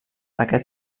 aquest